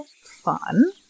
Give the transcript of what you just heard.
Fun